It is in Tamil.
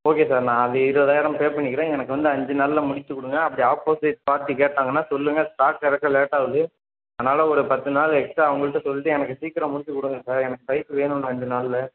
ஓகே சார் நான் அது இருபதாயிரம் பே பண்ணிக்கிறேன் எனக்கு வந்து அஞ்சு நாளில் முடித்துக் கொடுங்க அப்படி ஆப்போசிட் பார்ட்டி கேட்டாங்கனால் சொல்லுங்கள் ஸ்டாக் இறக்க லேட்டாகுது அதனால ஒரு பத்துநாள் எக்ஸ்ட்ரா அவங்கள்ட்ட சொல்லிட்டு எனக்கு சீக்கிரம் முடித்துக் கொடுங்க சார் எனக்கு பைக் வேணும் இன்னும் அஞ்சு நாளில்